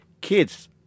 kids